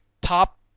top